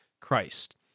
Christ